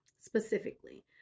Specifically